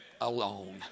alone